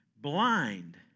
blind